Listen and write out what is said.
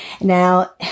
Now